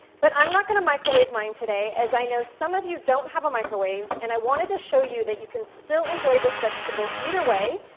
but i'm not going to microwave mine today, as i know some of you don't have a microwave and i wanted to show you that you can still enjoy this vegetable either way,